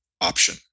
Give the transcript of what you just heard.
option